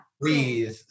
breathe